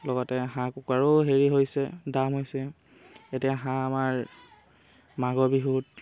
লগতে হাঁহ কুকুৰাৰো হেৰি হৈছে দাম হৈছে এতিয়া হাঁহ আমাৰ মাঘৰ বিহুত